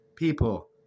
people